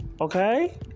Okay